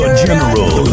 general